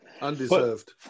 undeserved